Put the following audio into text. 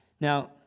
Now